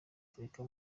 afurika